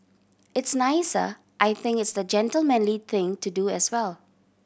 it's nicer I think it's the gentlemanly thing to do as well